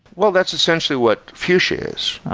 well, that's essentially what fuchsia is.